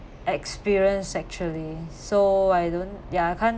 experience actually so I don't ya can't